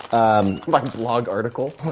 um my blog article?